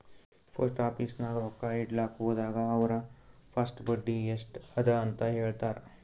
post office ನಾಗ್ ರೊಕ್ಕಾ ಇಡ್ಲಕ್ ಹೋದಾಗ ಅವ್ರ ಫಸ್ಟ್ ಬಡ್ಡಿ ಎಸ್ಟ್ ಅದ ಅಂತ ಹೇಳ್ತಾರ್